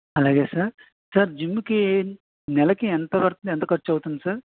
అలాగే sir sir జిమ్కి నెలకి ఎంత వరకు ఎంత ఖర్చు అవుతుంది సార్